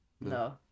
No